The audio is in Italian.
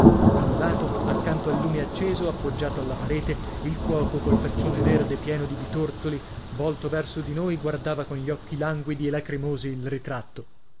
da un lato accanto al lume acceso appoggiato alla parete il cuoco col faccione verde pieno di bitorzoli vòlto verso di noi guardava con gli occhi languidi e lacrimosi il ritratto